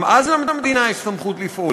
גם אז למדינה יש סמכות לפעול.